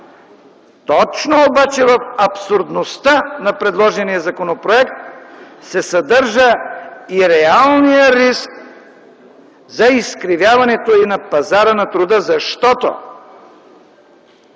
Точно обаче в абсурдността на предложения законопроект се съдържа и реалният риск за изкривяването и на пазара на труда. Защото,